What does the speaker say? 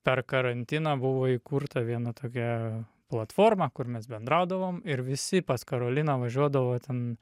per karantiną buvo įkurta viena tokia platforma kur mes bendraudavom ir visi pas karoliną važiuodavo ten